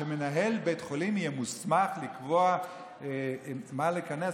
שמנהל בית חולים יהיה מוסמך לקבוע עם מה להיכנס?